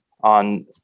on